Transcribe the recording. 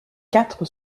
quatre